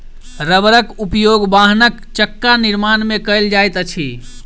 रबड़क उपयोग वाहनक चक्का निर्माण में कयल जाइत अछि